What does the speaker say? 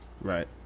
right